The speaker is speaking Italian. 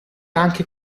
anche